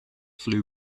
flew